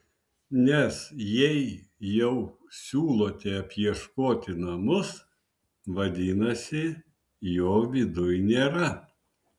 nes jei jau siūlote apieškoti namus vadinasi jo viduj nėra